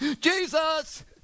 Jesus